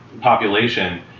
population